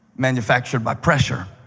manufactured by pressure.